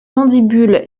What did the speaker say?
mandibule